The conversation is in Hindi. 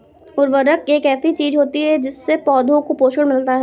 उर्वरक एक ऐसी चीज होती है जिससे पौधों को पोषण मिलता है